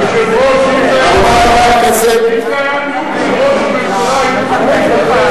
היושב-ראש, אם זה היה נאום של ראש הממשלה היינו,